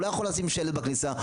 הוא לא יכול לשים שלט בכניסה,